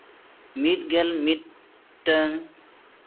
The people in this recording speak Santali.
ᱢᱤᱫ ᱜᱮᱞ ᱢᱤᱫᱴᱟᱝ